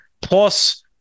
plus